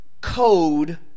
code